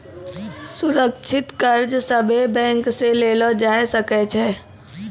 सुरक्षित कर्ज सभे बैंक से लेलो जाय सकै छै